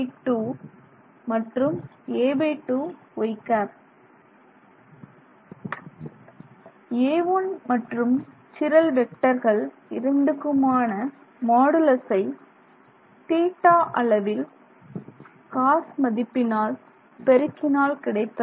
a1 மற்றும் சிரல் வெக்டர்கள் இரண்டுக்குமான மாடுலசை θ அளவின் cos மதிப்பினால் பெருக்கினால் கிடைப்பது